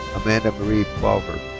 amanda marie plaugher.